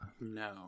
No